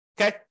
okay